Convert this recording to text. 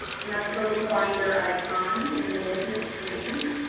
and that's the little binder icon in the middle of your screen.